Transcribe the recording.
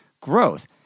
growth